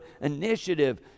initiative